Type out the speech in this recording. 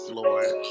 lord